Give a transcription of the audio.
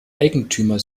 eigentümer